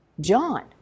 John